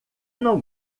não